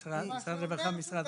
משרד הרווחה ומשרד הבריאות.